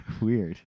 weird